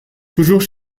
toujours